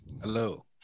Hello